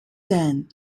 then